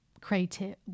creative